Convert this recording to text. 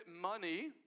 money